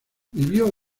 vivió